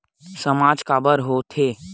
सामाज काबर हो थे?